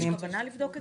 יש כוונה לבדוק את זה?